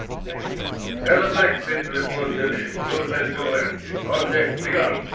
thank you ella blacksmith to report to me and close that door left you on deck begun